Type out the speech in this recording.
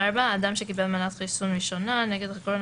"(ב4) אדם שקיבל מנת חיסון ראשונה נגד הקורונה